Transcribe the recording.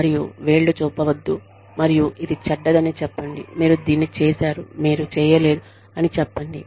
మరియు వేళ్లు చూపవద్దు మరియు ఇది చెడ్డదని చెప్పండి మీరు దీన్ని చేసారు మీరు చేయలేదు అని చెప్పండి